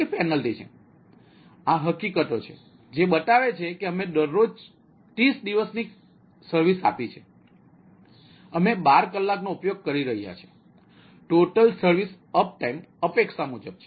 તેથી આ હકીકતો છે બતાવે છે કે અમે દરરોજ 30 દિવસની સર્વિસ આપી છે અમે 12 કલાકનો ઉપયોગ કરી રહ્યા છીએ ટોટલ સર્વિસ અપ ટાઇમ અપેક્ષા મુજબ છે